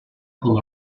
com